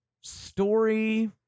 story